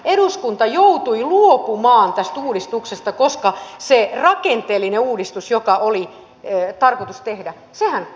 eduskunta joutui luopumaan tästä uudistuksesta koska se rakenteellinen uudistushan joka oli tarkoitus tehdä kumottiin täällä